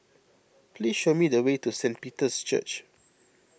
please show me the way to Saint Peter's Church